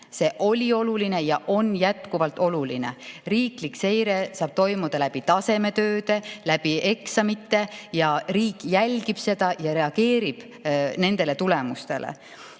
See oli oluline ja on jätkuvalt oluline. Riiklik seire saab toimuda tasemetöödega, eksamitega. Riik jälgib seda ja reageerib nendele tulemustele.